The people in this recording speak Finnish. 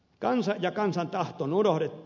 kansa ja kansan tahto on unohdettu